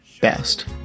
BEST